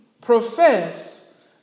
profess